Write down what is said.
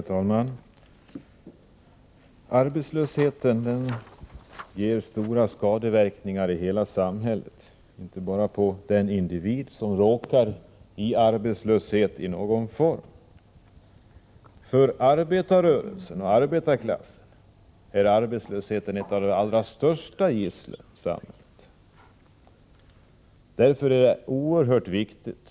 Herr talman! Arbetslösheten ger stora skadeverkningar i hela samhället, inte bara för de individer som råkar i arbetslöshet. För arbetarrörelsen och arbetarklassen är arbetslösheten ett gissel och ett av de allra största samhällsproblemen.